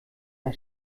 der